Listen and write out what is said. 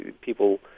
people